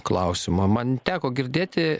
klausimą man teko girdėti